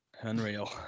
Unreal